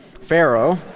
Pharaoh